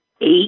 eight